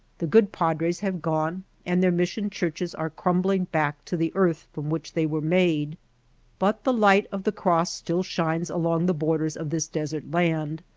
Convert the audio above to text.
the good padres have gone and their mis sion churches are crumbling back to the earth from which they were made but the light of the cross still shines along the borders of this desert land.